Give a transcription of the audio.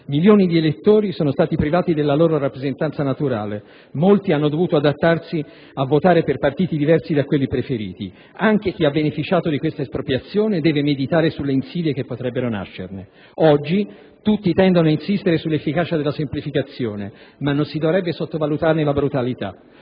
Milioni di elettori sono stati privati della loro rappresentanza naturale, molti hanno dovuto adattarsi a votare per partiti diversi da quelli preferiti. Anche chi ha beneficiato di questa espropriazione deve meditare sulle insidie che potrebbero nascerne. Oggi tutti tendono a insistere sull'efficacia della semplificazione, ma non si dovrebbe sottovalutarne la brutalità.